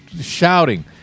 shouting